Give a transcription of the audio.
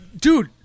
dude